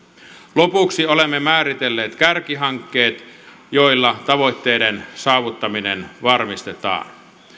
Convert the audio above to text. lopuksi olemme määritelleet kärkihankkeet joilla tavoitteiden saavuttaminen varmistetaan